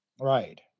Right